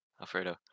Alfredo